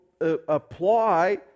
apply